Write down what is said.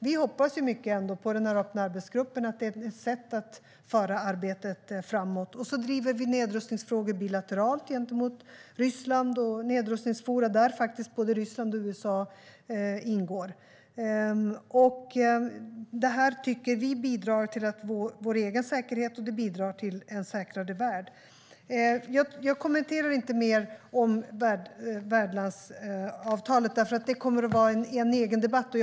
Vi hoppas mycket på att den öppna arbetsgruppen ska vara ett sätt att föra arbetet framåt. Vi driver också nedrustningsfrågor bilateralt gentemot Ryssland och i nedrustningsforum där faktiskt både Ryssland och USA ingår. Vi tycker att det här bidrar till vår egen säkerhet och till en säkrare värld. Jag kommenterar inte värdlandsavtalet mer. Det kommer nämligen att vara en egen debatt om det.